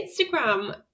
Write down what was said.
instagram